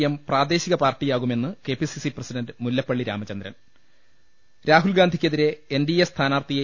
M പ്രാദേശിക പാർട്ടിയാകുമെന്ന് K P C C president Mullappally Ramachandran രാഹുൽഗാന്ധിക്കെതിരെ എൻ ഡി എ സ്ഥാനാർത്ഥിയെ